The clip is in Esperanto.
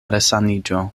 resaniĝo